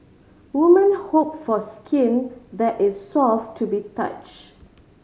woman hope for skin that is soft to the touch